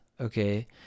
Okay